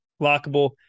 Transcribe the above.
lockable